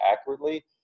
accurately